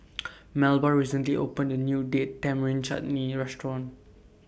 Melba recently opened A New Date Tamarind Chutney Restaurant